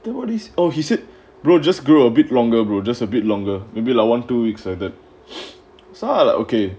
what is oh he said brother just grew a bit longer brother just a bit longer maybe like one two weeks and that so I like okay